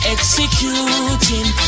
Executing